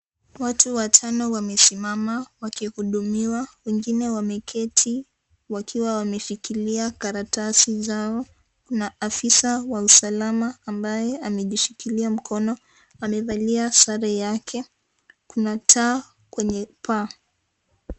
Watu watano wamesimama wakihudumiwa. Wengine wameketi wakiwa wameshikilia karatasi zao. Na afisa wa usalama ambaye amejishikilia mkono amevalia sare yake. Kuna taa kwenye paa.